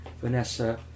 Vanessa